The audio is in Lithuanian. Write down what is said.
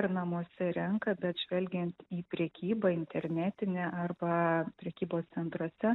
ar namuose renka bet žvelgiant į prekybą internetinę arba prekybos centruose